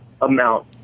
amount